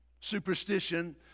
superstition